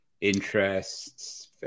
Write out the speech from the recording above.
interests